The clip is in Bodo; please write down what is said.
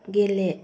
गेले